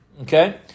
Okay